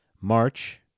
March